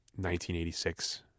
1986